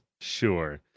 sure